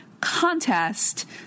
contest